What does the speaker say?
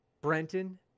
Brenton